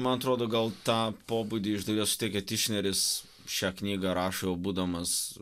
man atrodo gal tą pobūdį iš dalies suteikia tišneris šią knygą rašo jau būdamas